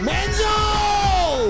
Menzel